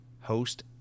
host